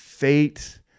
Fate